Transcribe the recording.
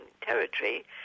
territory